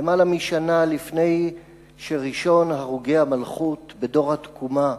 למעלה משנה לפני שראשון הרוגי המלכות בדור התקומה,